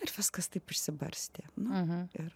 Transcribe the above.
ir viskas taip išsibarstė na ir